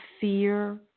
fear